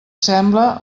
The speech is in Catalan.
sembla